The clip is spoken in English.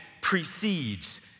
precedes